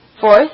Fourth